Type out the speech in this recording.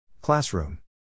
Classroom